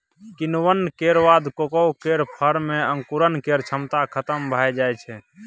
किण्वन केर बाद कोकोआ केर फर मे अंकुरण केर क्षमता खतम भए जाइ छै